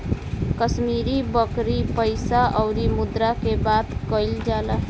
कश्मीरी बकरी पइसा अउरी मुद्रा के बात कइल जाला